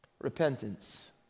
Repentance